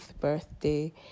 birthday